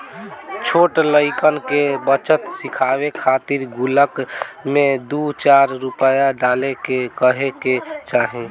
छोट लइकन के बचत सिखावे खातिर गुल्लक में दू चार रूपया डाले के कहे के चाही